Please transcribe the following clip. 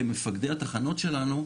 למפקדי התחנות שלנו,